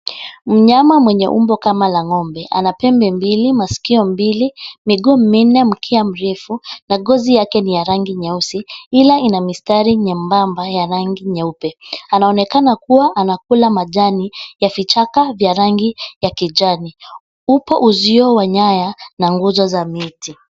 Mnyama mwenye umbo kama la ngombe ana pembe mbili, masikio mbili, miguu minne, mkia mrefu na ngozi yake ni ya rangi nyeusi ila ina mistari nyembamba ya rangi nyeupe. Anaonekana kuwa anakula majani ya vichaka vya rangi ya kijani. Upo uzio wa nyaya na nguzo za miti.